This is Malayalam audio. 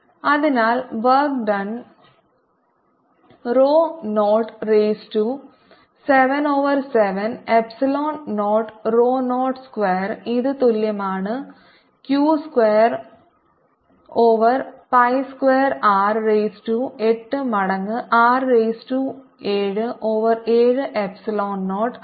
r dr02R770 അതിനാൽ work done rho 0 raise to 7 over 7 epsilon 0 rho 0 square ഇത് തുല്യമാണ് q square over pi square R rice to 8 മടങ്ങ് R raise to 7 over 7 epsilon 0